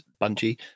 Bungie